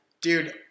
Dude